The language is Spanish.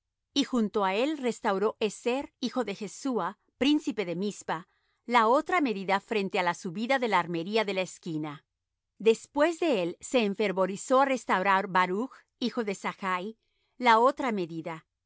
y junto á él restauró ezer hijo de jesuá príncipe de mizpa la otra medida frente á la subida de la armería de la esquina después de él se enfervorizó á restaurar baruch hijo de zachi la otra medida